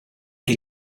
che